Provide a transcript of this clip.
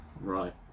Right